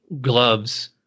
gloves